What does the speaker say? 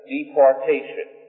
Deportation